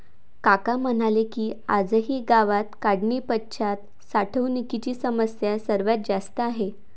काका म्हणाले की, आजही गावात काढणीपश्चात साठवणुकीची समस्या सर्वात जास्त आहे